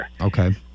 Okay